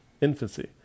infancy